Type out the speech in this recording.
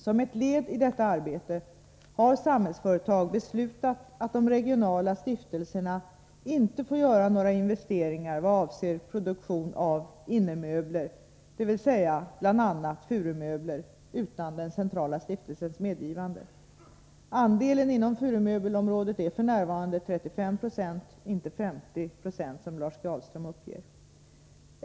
Som ett led i detta arbete har Samhällsföretag beslutat att de regionala stiftelserna inte får göra några investeringar vad avser produktion av innemöbler, dvs. bl.a. furumöbler, utan den centrala stiftelsens medgivande. Andelen inom furumöbelsområdet är f. n. 35 90, inte 50 26 som Lars G. Ahlström uppger.